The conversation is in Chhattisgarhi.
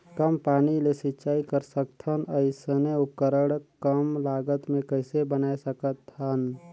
कम पानी ले सिंचाई कर सकथन अइसने उपकरण कम लागत मे कइसे बनाय सकत हन?